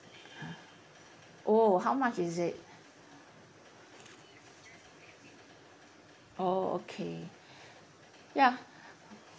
oh how much is it oh okay ya